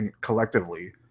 collectively